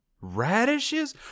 Radishes